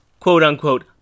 quote-unquote